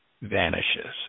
vanishes